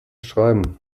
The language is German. schreiben